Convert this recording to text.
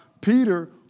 Peter